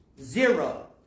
zero